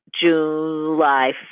July